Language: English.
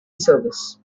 service